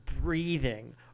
breathing